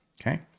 okay